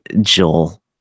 Joel